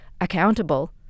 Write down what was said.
accountable